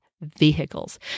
vehicles